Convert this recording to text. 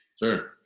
sure